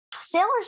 Sailors